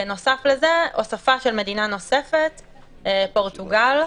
בנוסף מדינה נוספת פורטוגל,